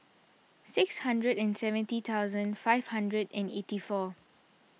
six hundred and seventy thousand five hundred and eighty four